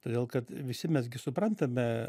todėl kad visi mes gi suprantame